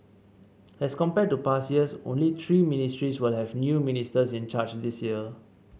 as compared to past years only three ministries will have new ministers in charge this year